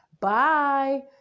bye